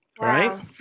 right